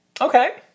okay